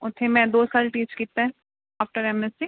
ਉੱਥੇ ਮੈਂ ਦੋ ਸਾਲ ਟੀਚ ਕੀਤਾ ਆਫ਼ਟਰ ਐੱਮ ਐੱਸ ਸੀ